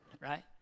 right